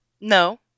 No